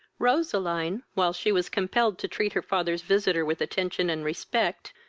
roseline, while she was compelled to treat her father's visitor with attention and respect,